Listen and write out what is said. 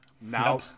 Now